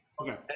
Okay